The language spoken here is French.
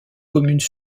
communes